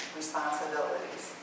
responsibilities